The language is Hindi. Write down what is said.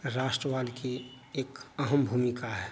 राष्ट्रवाद की एक अहम भूमिका है